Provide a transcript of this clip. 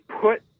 put